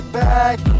back